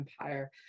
empire